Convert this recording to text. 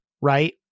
right